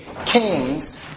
kings